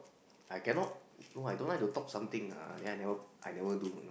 I cannot no I don't like to talk something ah then I never I never do you know